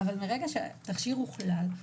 אבל מרגע שתכשיר הוחלט,